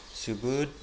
जोबोद